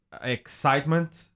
excitement